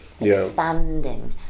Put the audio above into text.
expanding